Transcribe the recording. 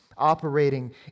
operating